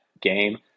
game